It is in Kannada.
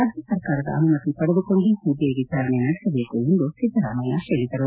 ರಾಜ್ಯ ಸರ್ಕಾರದ ಅನುಮತಿ ಪಡೆದುಕೊಂಡೇ ಸಿಬಿಐ ಎಚಾರಣೆ ನಡೆಸಬೇತು ಎಂದು ಸಿದ್ದರಾಮಯ್ಯ ಹೇಳಿದರು